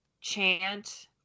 Chant